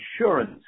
insurance